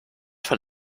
von